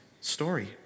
story